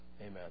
Amen